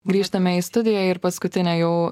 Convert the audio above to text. grįžtame į studiją ir paskutinė jau